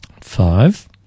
Five